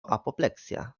apopleksja